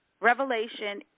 revelation